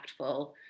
impactful